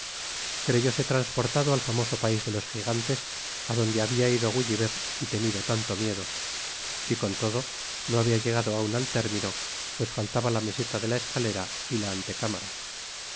gascuña creyóse transportado al famoso pais de los gigantes á donde habia ido culliver y tenido tanto miedo y con todo no habia llegado aun al término pues faltaba la meseta de la escalera y la